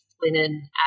linen